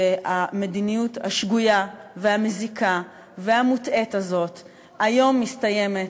שהמדיניות השגויה והמזיקה והמוטעית הזאת היום מסתיימת